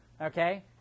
okay